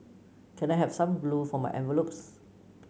can I have some glue for my envelopes